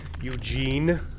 Eugene